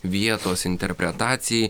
vietos interpretacijai